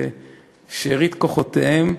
בשארית כוחותיהם,